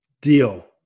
deal